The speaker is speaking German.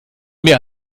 mehr